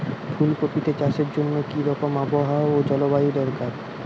ফুল কপিতে চাষের জন্য কি রকম আবহাওয়া ও জলবায়ু দরকার?